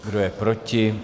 Kdo je proti?